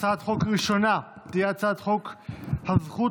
הצעת החוק הראשונה תהיה הצעת חוק הזכות